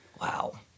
Wow